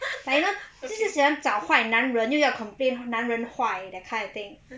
like you know 就是喜欢找坏男人又要 complain 男人坏 that kind of thing